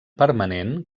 permanent